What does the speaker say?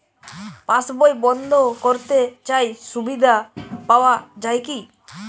পাশ বই বন্দ করতে চাই সুবিধা পাওয়া যায় কি?